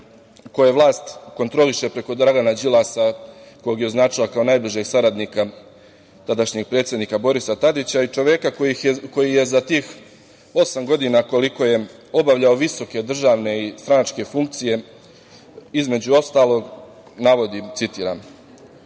koje vlast kontroliše preko Dragana Đilasa, kog je označila kao najbližeg saradnika tadašnjeg predsednika Borisa Tadića i čoveka koji je za tih osam godina koliko je obavljao visoke državne i stranačke funkcije. Između ostalog, navodim, citiram: